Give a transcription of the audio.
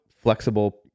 flexible